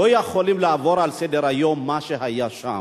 לא יכולים לעבור לסדר-היום על מה שהיה שם.